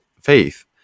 faith